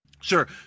Sure